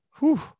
whoo